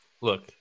Look